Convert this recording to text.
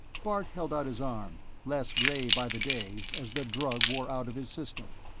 bart held out his arm, less gray by the day as the drug wore out of his system.